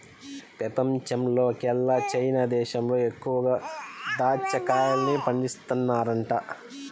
పెపంచంలోకెల్లా చైనా దేశంలో ఎక్కువగా దాచ్చా కాయల్ని పండిత్తన్నారంట